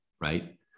right